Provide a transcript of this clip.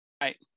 Right